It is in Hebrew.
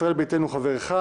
ישראל-ביתנו חבר אחד,